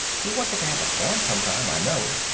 he wanted to have a farm, sometime, i know.